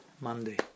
Monday